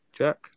Jack